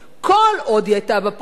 כל עוד היא היתה בפרקליטות,